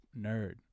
nerd